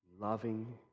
loving